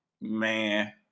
man